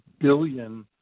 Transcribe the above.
billion